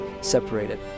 separated